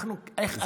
איך אני,